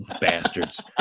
bastards